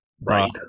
Right